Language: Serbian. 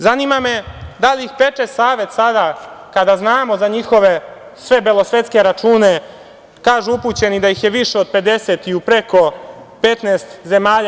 Zanima me da li ih peče savest sada kada znamo za njihove sve belosvetske račune, kažu upućeni da ih je više od 50 i u preko 15 zemalja.